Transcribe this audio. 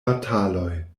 bataloj